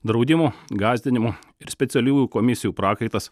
draudimų gąsdinimų ir specialiųjų komisijų prakaitas